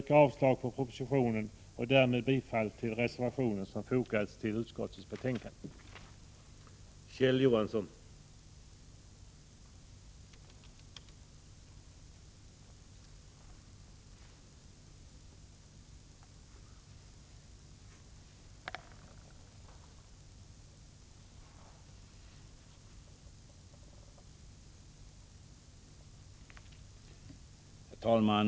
Jag yrkar bifall till den reservation som fogats vid utskottets betänkande och därmed avslag på propositionen.